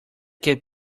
get